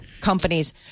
companies